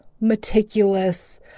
meticulous